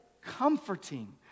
Comforting